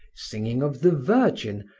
singing of the virgin,